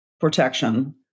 protection